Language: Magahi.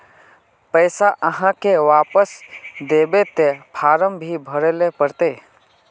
पैसा आहाँ के वापस दबे ते फारम भी भरें ले पड़ते?